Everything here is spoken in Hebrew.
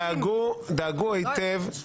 דאגו היטב,